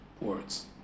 words